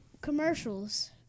commercials